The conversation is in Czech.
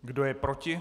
Kdo je proti?